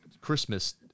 Christmas